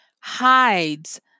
hides